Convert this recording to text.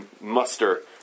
muster